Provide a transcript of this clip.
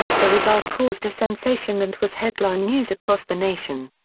the result caused a sensation and was headline news across the nation.